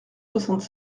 soixante